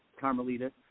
Carmelita